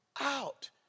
out